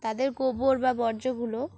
তাদের গোবর বা বর্জ্যগুলো